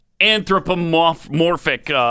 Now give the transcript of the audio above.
anthropomorphic